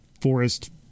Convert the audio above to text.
forest